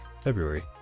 February